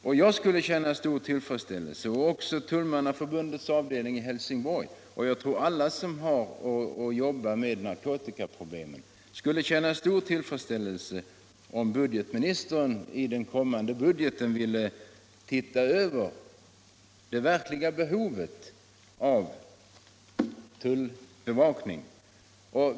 För min del skulle jag känna stor tillfredsställelse, liksom också Tullmannaförbundets avdelning i Helsingborg och säkert alla som arbetar med narkotikaproblem, om budgetmi nistern under arbetet med den kommande budgeten ville undersöka det Nr 38 verkliga behovet av tullbevakning.